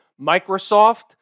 Microsoft